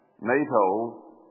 NATO